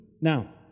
Now